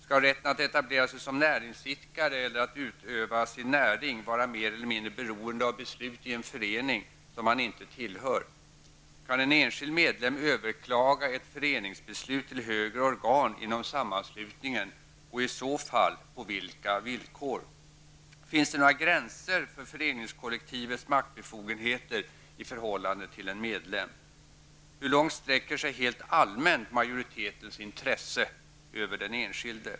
Skall rätten att etablera sig som näringsidkare eller att utöva sin näring vara mer eller mindre beroende av beslut i en förening som man inte tillhör? -- Kan en enskild medlem överklaga ett föreningsbeslut till högre organ inom sammanslutningen -- och i så fall på vilka villkor? -- Finns det några gränser för föreningskollektivets maktbefogenheter i förhållande till en medlem? -- Hur långt sträcker sig helt allmänt majoritetens intresse över den enskilde?